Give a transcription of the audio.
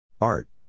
Art